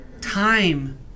time